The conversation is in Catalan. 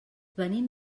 venim